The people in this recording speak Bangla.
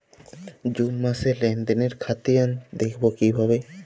জুন মাসের লেনদেনের খতিয়ান দেখবো কিভাবে?